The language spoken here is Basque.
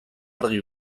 argi